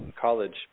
College